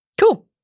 Cool